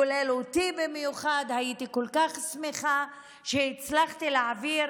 כולל אותי, ואני הייתי כל כך שמחה שהצלחתי להעביר.